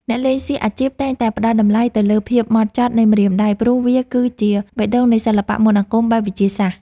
អ្នកលេងសៀកអាជីពតែងតែផ្តល់តម្លៃទៅលើភាពហ្មត់ចត់នៃម្រាមដៃព្រោះវាគឺជាបេះដូងនៃសិល្បៈមន្តអាគមបែបវិទ្យាសាស្ត្រ។